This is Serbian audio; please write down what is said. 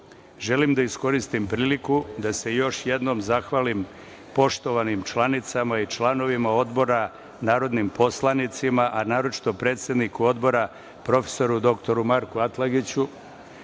bih da iskoristim priliku da se još jednom zahvalim poštovanim članicama i članovima odbora, narodnim poslanicima, a naročito predsedniku odbora profesoru doktoru Marku Atlagiću